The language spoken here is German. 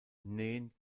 nähen